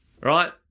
right